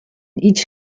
each